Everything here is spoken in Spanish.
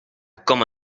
como